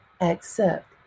accept